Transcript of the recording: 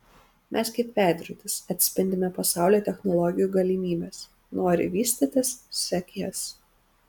mes kaip veidrodis atspindime pasaulio technologijų galimybes nori vystytis sek jas